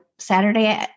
Saturday